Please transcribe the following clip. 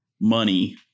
money